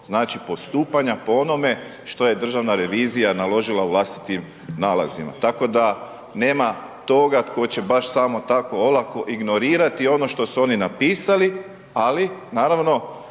znači, postupanja po onome što je Državna revizija naložila u vlastitim nalazima, tako da nema toga tko će baš samo tako olako ignorirati ono što su oni napisali, ali naravno,